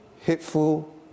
hateful